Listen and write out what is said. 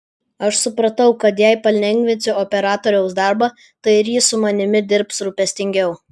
aš supratau kad jei palengvinsiu operatoriaus darbą tai ir jis su manimi dirbs rūpestingiau